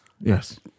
Yes